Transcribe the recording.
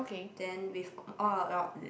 then with all our your